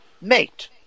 mate